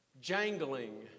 jangling